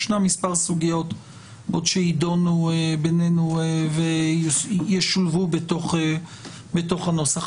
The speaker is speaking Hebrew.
ישנן מספר סוגיות שעוד יידונו בינינו וישולבו בתוך הנוסח.